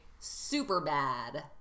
Superbad